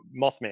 Mothman